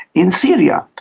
in syria,